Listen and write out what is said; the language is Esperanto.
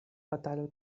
fatalo